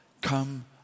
Come